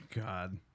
God